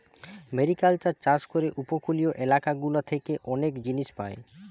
mariculture চাষ করে উপকূলীয় এলাকা গুলা থেকে অনেক জিনিস পায়